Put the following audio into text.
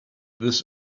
this